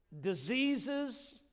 diseases